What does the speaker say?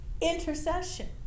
Intercession